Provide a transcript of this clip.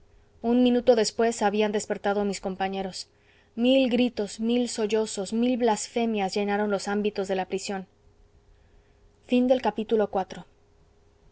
un minuto después habían despertado mis compañeros mil gritos mil sollozos mil blasfemias llenaron los ámbitos de la prisión v